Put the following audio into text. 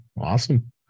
awesome